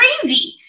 crazy